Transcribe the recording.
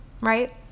Right